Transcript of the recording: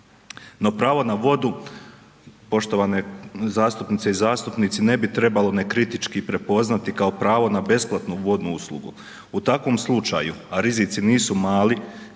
No, pravo na vodu poštovane zastupnice i zastupnici ne bi trebalo nekritički prepoznati kao pravo na besplatnu vodnu uslugu. U takvom slučaju, a rizici nisu mali,